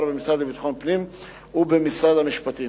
במשרד לביטחון הפנים ובמשרד המשפטים.